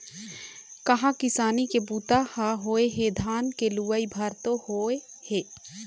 कहाँ किसानी के बूता ह होए हे, धान के लुवई भर तो होय हे